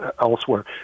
elsewhere